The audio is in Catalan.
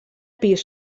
pis